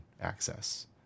access